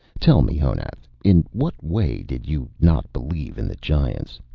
tell me, honath, in what way did you not believe in the giants?